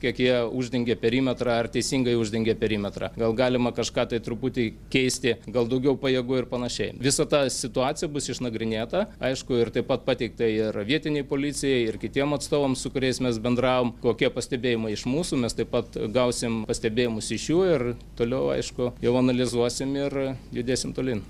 kiek jie uždengė perimetrą ar teisingai uždengė perimetrą gal galima kažką tai truputį keisti gal daugiau pajėgų ir panašiai visa ta situacija bus išnagrinėta aišku ir taip pat pateikta ir vietinei policijai ir kitiem atstovams su kuriais mes bendravom kokie pastebėjimai iš mūsų mes taip pat gausim pastebėjimus iš jų ir toliau aišku jau analizuosim ir judėsim tolyn